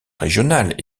régional